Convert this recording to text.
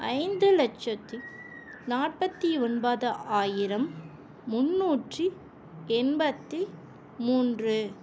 ஐந்து லட்ச்சத்தி நாற்பத்தி ஒன்பது ஆயிரம் முந்நூற்றி எண்பத்து மூன்று